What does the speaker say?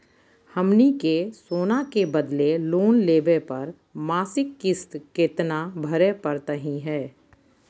हमनी के सोना के बदले लोन लेवे पर मासिक किस्त केतना भरै परतही हे?